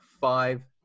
five